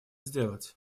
сделать